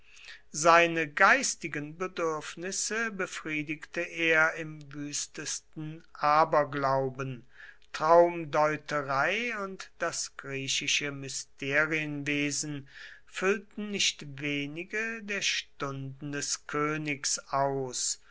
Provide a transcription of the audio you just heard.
seine geistigen bedürfnisse befriedigte er im wüstesten aberglauben traumdeuterei und das griechische mysterienwesen füllten nicht wenige der stunden des königs aus